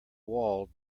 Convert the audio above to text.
wall